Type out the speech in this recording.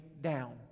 down